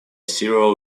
serial